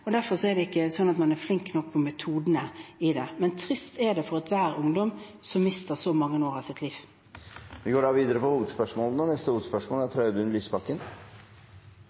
Derfor er man ikke flink nok med metodene. Men det er trist for hver ungdom som mister så mange år av sitt liv. Vi går da videre til neste hovedspørsmål.